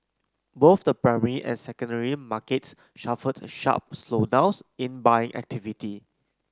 both the primary and secondary markets suffered sharp slowdowns in buying activity